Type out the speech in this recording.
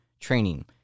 training